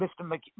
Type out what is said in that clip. Mr